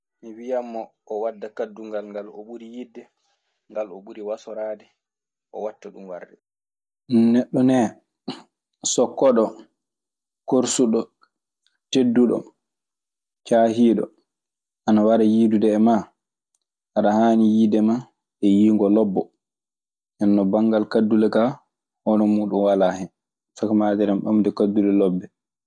Mi wiyam mo o wadda kadungal ngal o ɓuri yidde ngal, o ɓuri wassoraade o watta ɗum warde. Neɗɗo nee so koɗo korsuɗo, tedduɗo, cahiiɗo, ana wara yiydude e maa. Ana haani yiyde ma e yiyngo lobbo. Nden non banngal kaddule kaa, hono muuɗun walaa hen. Sakamaaderema ɓamde kaddule lobbe.